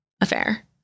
affair